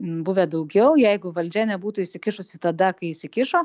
buvę daugiau jeigu valdžia nebūtų įsikišusi tada kai įsikišo